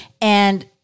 And-